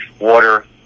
water